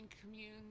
commune